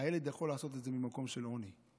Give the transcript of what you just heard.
הילד יכול לעשות את זה ממקום של עוני.